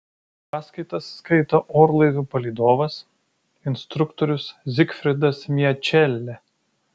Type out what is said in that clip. paskaitas skaito orlaivių palydovas instruktorius zigfridas miečelė